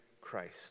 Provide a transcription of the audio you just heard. Christ